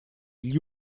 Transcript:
gli